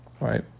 right